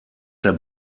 der